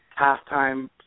halftime